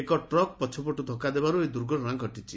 ଏକ ଟ୍ରକ୍ ପଛପଟୁ ଧକ୍କା ଦେବାରୁ ଏହି ଦୁର୍ଘଟଣା ଘଟିଛି